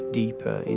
deeper